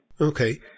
Okay